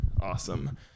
awesome